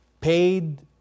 paid